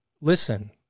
Listen